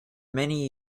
many